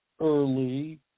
early